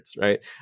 right